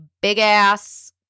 big-ass